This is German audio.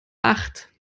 acht